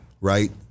right